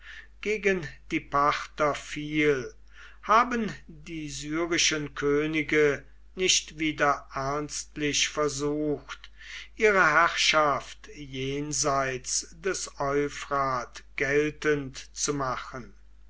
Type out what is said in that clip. gegen die parther fiel haben die syrischen könige nicht wieder ernstlich versucht ihre herrschaft jenseits des euphrat geltend zu machen